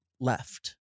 left